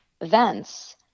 events